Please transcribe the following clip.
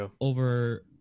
over